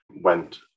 went